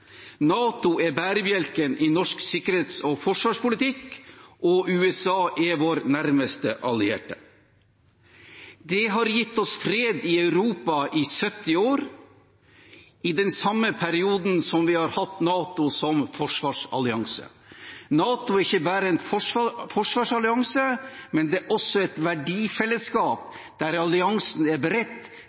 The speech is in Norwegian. NATO er bærebjelken i norsk sikkerhets- og forsvarspolitikk, og USA er vår nærmeste allierte. Det har gitt oss fred i Europa i 70 år, i den samme perioden som vi har hatt NATO som forsvarsallianse. NATO er ikke bare en forsvarsallianse, det er også et verdifellesskap der alliansen er